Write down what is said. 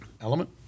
element